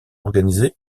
organisée